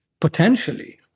potentially